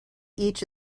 each